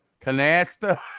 canasta